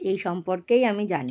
এই সম্পর্কেই আমি জানি